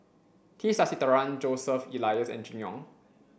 T Sasitharan Joseph Elias and Jimmy Ong